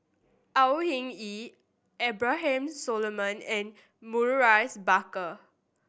Au Hing Yee Abraham Solomon and Maurice Baker